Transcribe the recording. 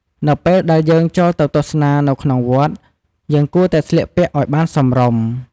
នៅពេលដែលយើងចូលទៅទស្សនានៅក្នុងវត្ត យើងគួរតែស្លៀកពាក់ឱ្យបានសមរម្យ ។